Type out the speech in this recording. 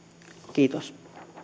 kiitos